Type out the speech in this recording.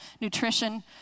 nutrition